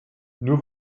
nur